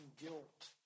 guilt